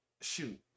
shoot